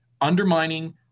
undermining